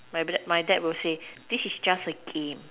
my dad will say this is just a game